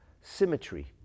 symmetry